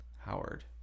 howard